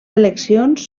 eleccions